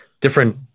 Different